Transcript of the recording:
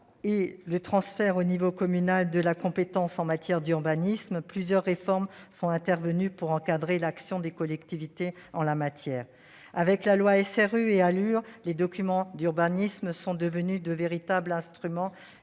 le transfert au niveau communal de la compétence en matière d'urbanisme, en 1983, plusieurs réformes sont intervenues pour encadrer l'action des collectivités en la matière. Avec les lois SRU et ALUR, les documents d'urbanisme sont devenus de véritables instruments